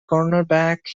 cornerback